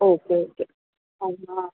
okay okay എന്നാ